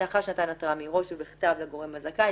לאחר שנתן התראה מראש ובכתב לגורם הזכאי,